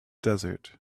desert